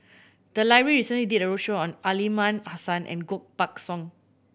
the library recently did a roadshow on Aliman Hassan and Koh Buck Song